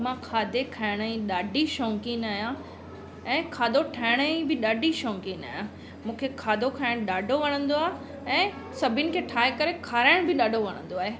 मां खाधे खाइण जी ॾाढी शौंक़ीनि आहियां ऐं खादो ठाहिण जी बि ॾाढी शौंक़ीनि आहियां मूंखे खाधो खाइण ॾाढो वणंदो आहे ऐं सभिनि खे ठाहे करे खराइण बि ॾाढो वणंदो आहे